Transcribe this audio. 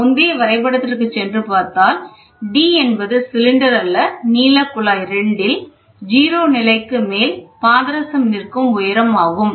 நாம் முந்தைய வரைபடத்திற்கு சென்று பார்த்தால் d என்பது சிலிண்டர் அல்ல நீள குழாய் 2 ல் 0 நிலைக்கு மேல் பாதரசம் நிற்கும் உயரம் ஆகும்